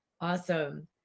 awesome